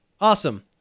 Awesome